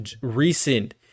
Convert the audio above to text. recent